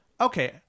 okay